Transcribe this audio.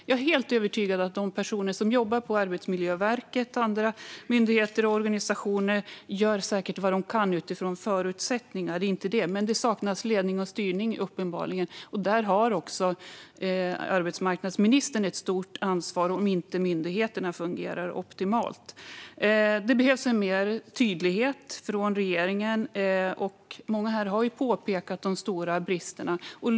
Jag är helt övertygad om att de som jobbar på Arbetsmiljöverket och andra myndigheter och organisationer säkert gör vad de kan utifrån förutsättningarna, det är inte det, men det saknas uppenbarligen ledning och styrning. Där har också arbetsmarknadsministern ett stort ansvar om inte myndigheterna fungerar optimalt. Det behövs mer tydlighet från regeringen. Många här har påpekat de stora bristerna.